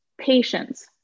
patience